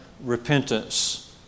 repentance